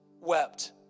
wept